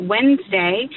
Wednesday